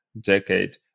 decade